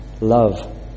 love